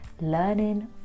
learning